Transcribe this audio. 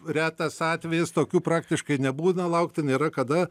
retas atvejis tokių praktiškai nebūna laukti nėra kada